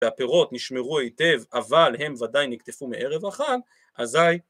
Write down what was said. והפירות נשמרו היטב אבל הם ודאי נקטפו מערב החג, אזי